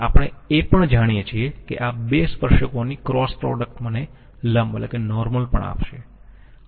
આપણે એ પણ જાણીયે છીએ કે આ 2 સ્પર્શકોની ક્રોસ પ્રોડક્ટ મને લંબ પણ આપશે